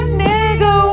nigga